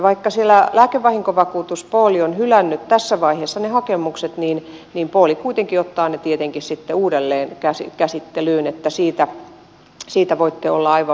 vaikka siellä lääkevahinkovakuutuspooli on hylännyt tässä vaiheessa ne hakemukset pooli kuitenkin ottaa ne tietenkin sitten uudelleen käsittelyyn että siitä voitte olla aivan varmoja